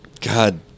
god